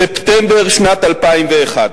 ספטמבר שנת 2001,